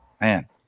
man